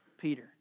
Peter